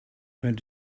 going